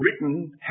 written